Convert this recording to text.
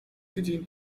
tydzień